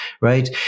right